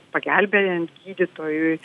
pagelbėjant gydytojui